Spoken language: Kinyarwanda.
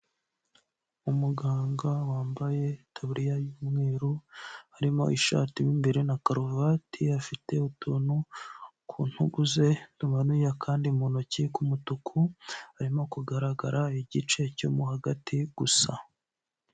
Umuganga wambaye itaburiya y'umweru harimo ishati mu imbere na karuvati afite utuntu ku ntugu ze tumanuye akandi mu ntoki ku mutuku arimo kugaragara igice cyo mo hagati gusa.